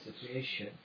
situation